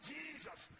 Jesus